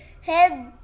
head